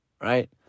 right